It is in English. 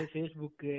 Facebook